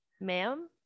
ma'am